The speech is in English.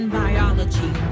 biology